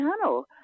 channel